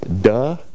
Duh